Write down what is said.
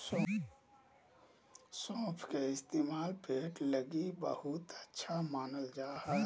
सौंफ के इस्तेमाल पेट लगी बहुते अच्छा मानल जा हय